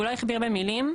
הוא לא הכביר במילים,